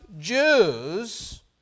Jews